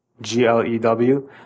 G-L-E-W